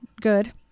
Good